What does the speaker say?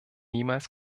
niemals